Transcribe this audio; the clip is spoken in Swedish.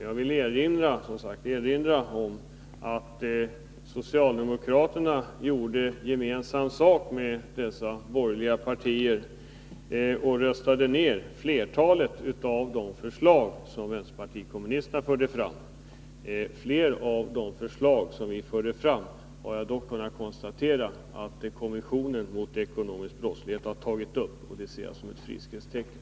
Jag vill emellertid erinra om att socialdemokraterna gjorde gemensam sak med dessa borgerliga partier och röstade ned flertalet av de förslag som vänsterpartiet kommunisterna förde fram. Fler av de förslag som vi förde fram har jag dock kunnat konstatera att kommissionen mot ekonomisk brottslighet har tagit upp, och det ser jag som ett friskhetstecken.